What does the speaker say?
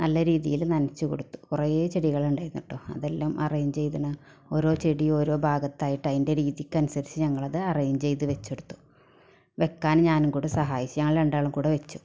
നല്ല രീതിയിൽ നനച്ച് കൊടുത്തു കുറേ ചെടികൾ ഉണ്ടായിരുന്നു കേട്ടോ അതെല്ലാം അറേഞ്ച് ചെയ്തീന് ഓരോ ചെടിയും ഓരോ ഭാഗത്തായിട്ട് അതിൻ്റെ രീതിക്കനുസരിച്ച് ഞങ്ങൾ അത് അറേഞ്ച് ചെയ്ത് വെച്ചെടുത്തു വയ്ക്കാൻ ഞാനും കൂടി സഹായിച്ച് ഞങ്ങൾ രണ്ടാളും കൂടെ വെച്ചു